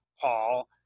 Paul